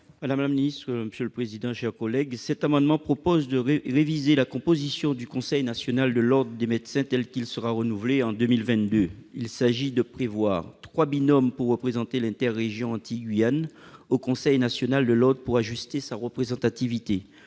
: La parole est à M. Dominique Théophile. Cet amendement tend à réviser la composition du Conseil national de l'ordre des médecins, tel qu'il sera renouvelé en 2022. Il s'agit de prévoir trois binômes pour représenter l'interrégion Antilles-Guyane au Conseil national de l'ordre pour ajuster sa représentativité,